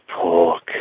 pork